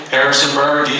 Harrisonburg